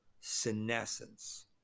senescence